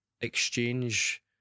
exchange